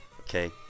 Okay